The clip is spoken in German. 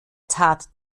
tat